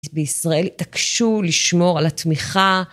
בישראל התעקשו לשמור על התמיכה..